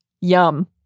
Yum